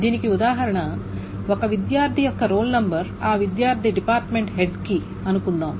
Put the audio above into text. దీనికి ఉదాహరణ ఒక విద్యార్థి యొక్క రోల్ నంబర్ ఆ విద్యార్థి డిపార్ట్మెంట్ హెడ్ కి అనుకుందాం